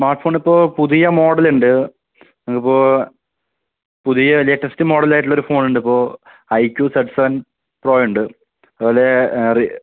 smart ഫോണിപ്പോൾ പുതിയ മോഡലുണ്ട് അതിപ്പോൾ പുതിയ ലേറ്റസ്റ്റ് മോഡൽ ആയിട്ടുള്ള ഒരു ഫോണുണ്ടിപ്പോൾ iQOO Z seven pro ഇണ്ട് അതുപോലെ റി